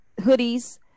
hoodies